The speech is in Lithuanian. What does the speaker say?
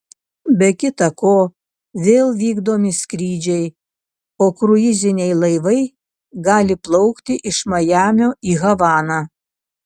be kita ko vėl vykdomi skrydžiai o kruiziniai laivai gali plaukti iš majamio į havaną